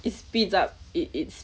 it speeds up it it's